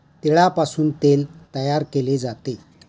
तिळापासून तेल तयार केले जाते